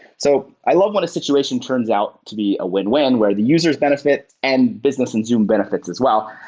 so i love when a situation turns out to be a win-win, where the users benefit and business and zoom benefits as well,